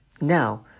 Now